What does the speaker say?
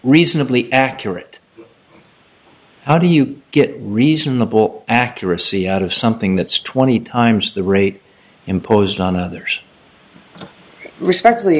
reasonably accurate how do you get reasonable accuracy out of something that's twenty times the rate imposed on others respect